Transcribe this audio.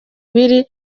biri